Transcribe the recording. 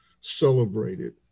celebrated